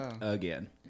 Again